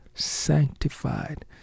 sanctified